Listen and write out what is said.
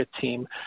team